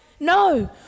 No